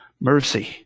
mercy